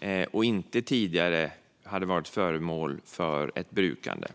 och hade inte tidigare varit föremål för ett brukande.